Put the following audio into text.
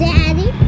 Daddy